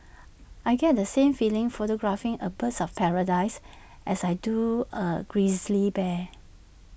I get the same feeling photographing A birds of paradise as I do A grizzly bear